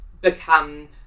become